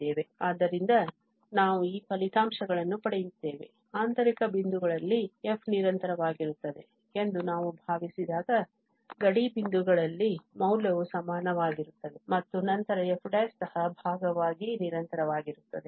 ಆದ್ದರಿಂದ ನಾವು ಈ ಫಲಿತಾಂಶಗಳನ್ನು ಪಡೆಯುತ್ತೇವೆ ಆಂತರಿಕ ಬಿಂದುಗಳಲ್ಲಿ f ನಿರಂತರವಾಗಿರುತ್ತದೆ ಎಂದು ನಾವು ಭಾವಿಸಿದಾಗ ಗಡಿ ಬಿಂದುಗಳಲ್ಲಿ ಮೌಲ್ಯವು ಸಮಾನವಾಗಿರುತ್ತದೆ ಮತ್ತು ನಂತರ f ಸಹ ಭಾಗವಾಗಿ ನಿರಂತರವಾಗಿರುತ್ತದೆ